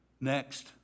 Next